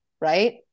right